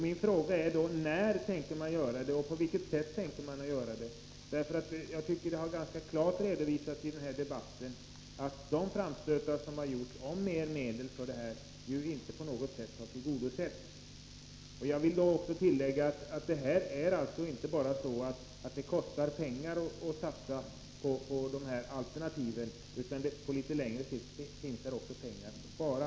Min fråga är därför: När tänker man göra det och på vilket sätt tänker man göra det? Jag tycker nämligen att det ganska klart har redovisats i denna debatt att de framstötar som gjorts om mer medel för detta ändamål inte på något sätt har lett till resultat. Jag vill tillägga att det inte bara är så att det kostar pengar att satsa på dessa alternativ, utan på litet längre sikt finns det också pengar att spara.